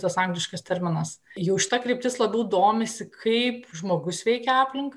tas angliškas terminas jau šita kryptis labiau domisi kaip žmogus veikia aplinką